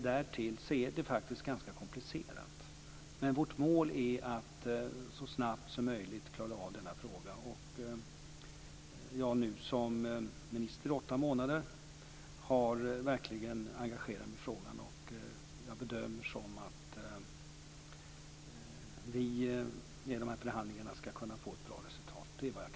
Därtill är det ganska komplicerat. Vårt mål är att så snabbt som möjligt klara av denna fråga. Jag har som minister i nu åtta månader verkligen engagerat mig i frågan, och jag bedömer det så att vi genom dessa förhandlingar skall kunna få ett bra resultat. Det är vad jag kan säga nu.